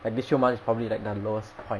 like these few months probably like their lowest point